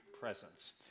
presence